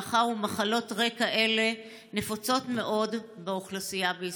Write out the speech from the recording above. מאחר שמחלות רקע אלו נפוצות מאוד באוכלוסייה בישראל?